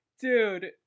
Dude